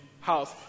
house